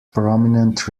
prominent